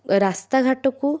ରାସ୍ତାଘାଟକୁ